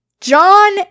John